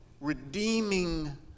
redeeming